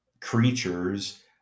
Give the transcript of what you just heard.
creatures